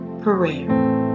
prayer